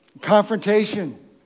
confrontation